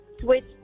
switch